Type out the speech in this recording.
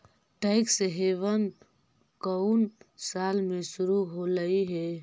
Tax haven कउन साल में शुरू होलई हे?